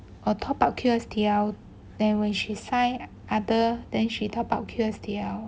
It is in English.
or top up Q_S_T_L then when she sign other then she top up Q_S_T_L